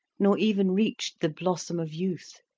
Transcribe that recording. nor even reached the blossom of youth.